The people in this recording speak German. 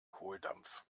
kohldampf